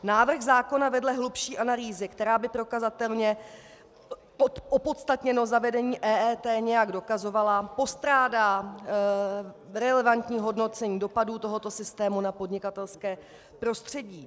Návrh zákona vedle hlubší analýzy, která by prokazatelně opodstatněnost zavedení EET nějak dokazovala, postrádá relevantní hodnocení dopadů tohoto systému na podnikatelské prostředí.